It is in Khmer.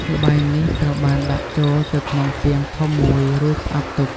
ល្បាយនេះត្រូវបានដាក់ចូលទៅក្នុងពាងធំមួយ រួចផ្អាប់ទុក។